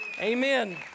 Amen